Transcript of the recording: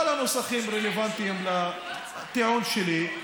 כל הנוסחים רלוונטיים לטיעון שלי,